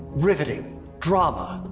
riveting drama.